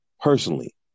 personally